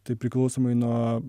tai priklausomai nuo